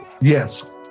Yes